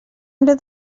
under